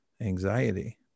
anxiety